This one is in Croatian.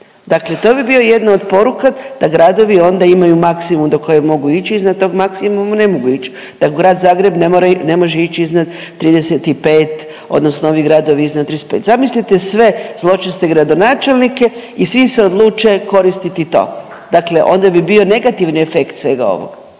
Dakle to bi bio jedna od poruka da gradovi onda imaju maksimum do kojeg mogu ići iznad tog maksimuma ne mogu ić, da Grad Zagreb ne može ić iznad 35 odnosno ovi gradovi iznad 35. Zamislite sve zločeste gradonačelnike i svi se odluče koristiti to, dakle onda bi bio negativni efekt svega ovog.